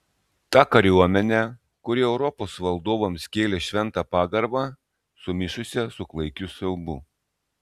tą kariuomenę kuri europos valdovams kėlė šventą pagarbą sumišusią su klaikiu siaubu